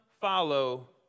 follow